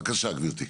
בבקשה, גבירתי.